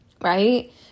right